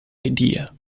idea